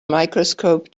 microscope